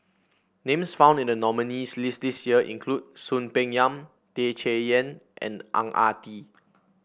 names found in the nominees' list this year include Soon Peng Yam Tan Chay Yan and Ang Ah Tee